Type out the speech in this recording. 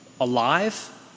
Alive